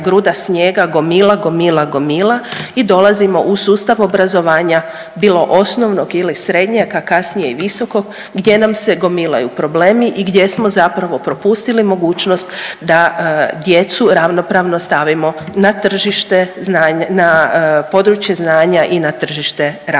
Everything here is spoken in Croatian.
gruda snijega gomila, gomila, gomila i dolazimo u sustav obrazovanja bilo osnovnog ili srednjeg, a kasnije i visokog gdje nam se gomilaju problemi i gdje smo zapravo propustili mogućnost da djecu ravnopravno stavimo na tržište, na područje znanja i na tržište rada